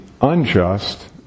unjust